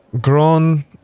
grown